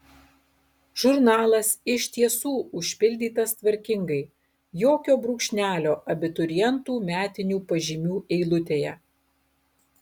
žurnalas iš tiesų užpildytas tvarkingai jokio brūkšnelio abiturientų metinių pažymių eilutėje